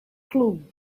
clue